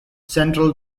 central